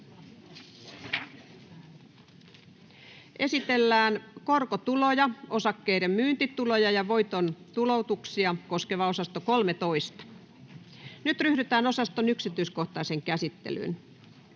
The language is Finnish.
Esitellään korkotuloja, osakkeiden myyntituloja ja voiton tuloutuksia koskeva osasto 13. Ehdotusten tekemistä varten ryhdytään osaston yksityiskohtaiseen käsittelyyn.